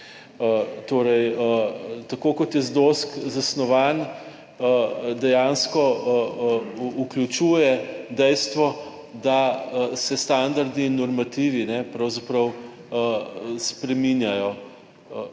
torej tako kot je ZDOSK zasnovan. Dejansko vključuje dejstvo, da se standardi in normativi pravzaprav spreminjajo.